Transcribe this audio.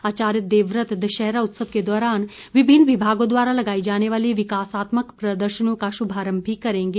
आचार्य देवव्रत दशहरा उत्सव के दौरान विभिन्न विभागों द्वारा लगाई जाने वाली विकासात्मक प्रदशर्नियों का शुभारंभ भी करेंगे